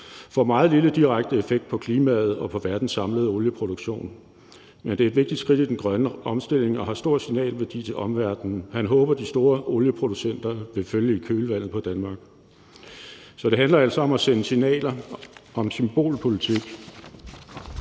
får en meget lille direkte effekt på klimaet og verdens samlede olieproduktion, men at det er et vigtigt skridt i den grønne omstilling og har en stor signalværdi til omverdenen. Han håber, at de store olieproducenter vil følge i kølvandet på Danmark. Så det handler altså om at sende signaler og om symbolpolitik,